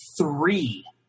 three